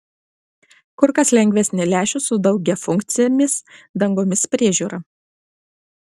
kur kas lengvesnė lęšių su daugiafunkcėmis dangomis priežiūra